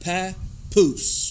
Papoose